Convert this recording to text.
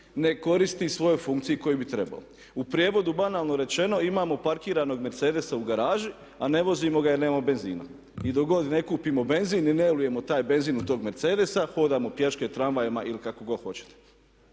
ne koristi svojoj funkciji kojoj bi trebao. U prijevodu banalno rečeno imamo parkiranog mercedesa u garaži a ne vozimo ga jer nemamo benzina. I dok ne kupimo benzin i ne ulijemo taj benzin u tog mercedesa, hodamo pješke tramvajima ili kako god hoćete.